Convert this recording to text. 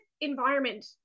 environment